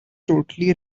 totally